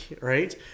right